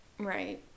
Right